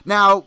Now